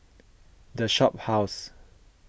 the Shophouse